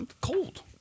Cold